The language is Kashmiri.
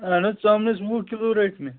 اہن حَظ ژامنیٚس وُہ کِلوٗ رٔٹۍ مےٚ